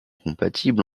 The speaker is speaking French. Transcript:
compatible